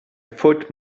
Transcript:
foot